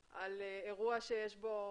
אירוע שיש בו